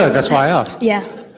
ah that's why i ah asked. yeah